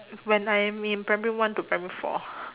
when I'm in primary one to primary four